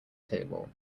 table